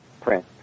print